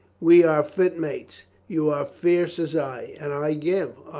we are fit mates! you are fierce as i. and i give. ah,